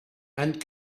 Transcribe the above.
and